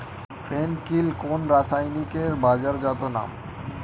ফেন কিল কোন রাসায়নিকের বাজারজাত নাম?